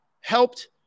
helped